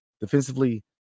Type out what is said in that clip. defensively